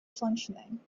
functioning